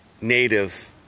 native